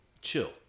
chill